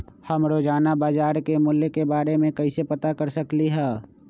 हम रोजाना बाजार के मूल्य के के बारे में कैसे पता कर सकली ह?